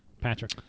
Patrick